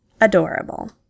Adorable